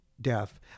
Death